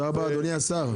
תודה, אדוני השר.